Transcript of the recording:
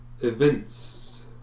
events